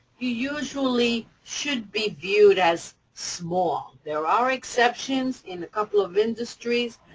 you usually should be viewed as small. there are exceptions in a couple of industries.